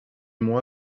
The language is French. m’ont